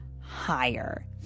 higher